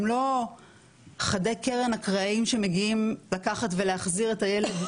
הם לא חדי קרן אקראיים שמגיעים לקחת ולהחזיר את הילד.